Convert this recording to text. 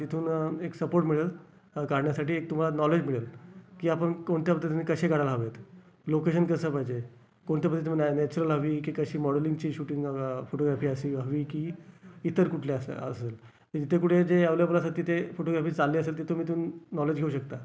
तिथून एक सपोर्ट मिळेल काढण्यासाठी एक तुम्हाला नॉलेज मिळेल की आपण कोणत्या पद्धतीने कसे काढायला हवेत लोकेशन कसं पाहिजे कोणत्या पध्दत नॅ नॅचरल हवी की कशी मोडेलिंगची शूटिंग बघा फोटोग्राफी अशी हवी की इतर कुठल्या असं असेल की जिथे कुठे जे अव्हेलेबल असेल तिथे फोटोग्राफी चालली असेल तिथून बी तुम नॉलेज घेऊ शकता